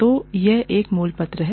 तो यह एक मूल पत्र है